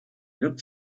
looked